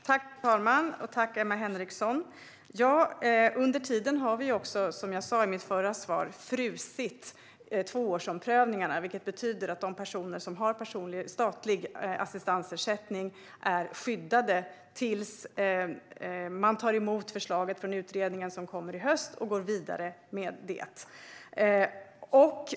Fru talman! Tack för frågan, Emma Henriksson! Under tiden har vi, som jag sa i mitt förra svar, frusit tvåårsomprövningarna. Det betyder att de personer som har statlig assistansersättning är skyddade till dess att man tar emot förslaget från utredningen, som kommer i höst, och går vidare med det.